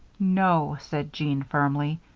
no, said jean, firmly.